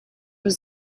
was